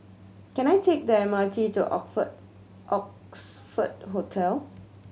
can I take the M R T to Oxford Hotel